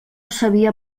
sabia